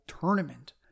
tournament